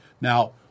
Now